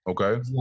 Okay